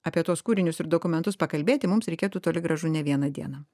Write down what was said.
apie tuos kūrinius ir dokumentus pakalbėti mums reikėtų toli gražu ne vieną dieną